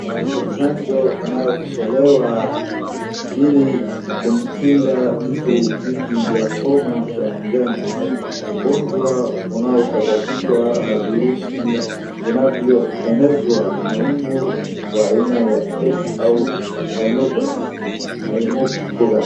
Chanjo inayotolewa ili kumkinga mtu dhidi ya homa ya majano. Ugonjwa unaosababishwa na virusi vinavyoenezwa na mbu wa aina ya X au Quiniquefasciatus.